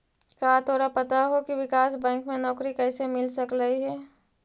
का तोरा पता हो की विकास बैंक में नौकरी कइसे मिल सकलई हे?